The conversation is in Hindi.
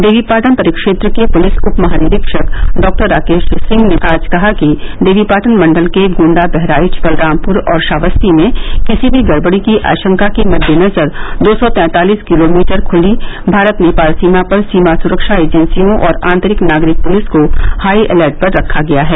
देवीपाटन परिक्षेत्र के पुलिस उपमहानिरीक्षक डाराकेश सिंह ने आज कहा कि देवीपाटन मंडल के गोण्डा बहराइच बलरामपुर और श्रावस्ती में किसी भी गड़बड़ी की आशंका के मद्देनजर दो सौ पैंतालीस किलोमीटर खुली भारत नेपाल सीमा पर सीमा सुरक्षा एजेंसियों और आंतरिक नागरिक पुलिस को हाई एलर्ट पर रखा गया है